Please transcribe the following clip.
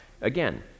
Again